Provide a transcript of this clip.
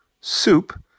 soup